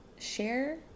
share